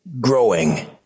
growing